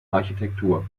architektur